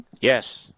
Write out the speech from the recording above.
yes